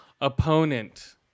opponent